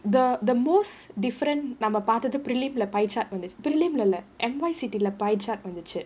th~ the most different நம்ம பாத்தது:namma paathathu prelim leh pie chart வந்துச்சு:vanthuchu prelim இல்ல:illa N_Y city leh pie chart வந்துச்சு:vanthuchu